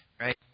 Right